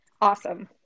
Awesome